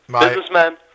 Businessman